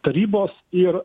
tarybos ir